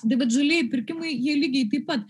bet žalieji pirkimai jie lygiai taip pat